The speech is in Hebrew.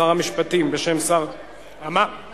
שר המשפטים, סליחה,